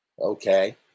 Okay